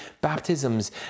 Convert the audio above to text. baptisms